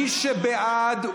מי שבעד,